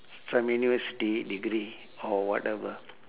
s~ some university degree or whatever